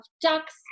ducks